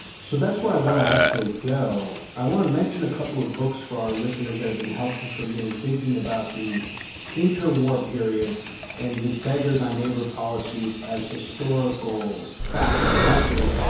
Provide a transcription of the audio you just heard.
so, that's where i want to actually go. i want to mention a couple of books for our listeners that have been helpful for me in thinking about the interwar period and this beggar thy neighbor policies as historical facts of history,